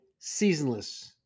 seasonless